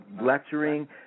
lecturing